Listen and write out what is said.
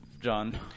John